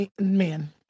men